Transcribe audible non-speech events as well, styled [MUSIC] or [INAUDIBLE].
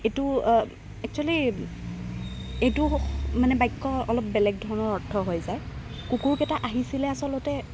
এইটো একচুয়েলি এইটো [UNINTELLIGIBLE] মানে বাক্য অলপ বেলেগ ধৰণৰ অৰ্থ হৈ যায় কুকুৰকেইটা আহিছিলে আচলতে